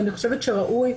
אני חושבת שראוי,